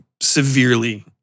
severely